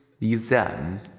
exam